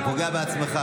אתה פוגע בעצמך.